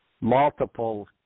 multiple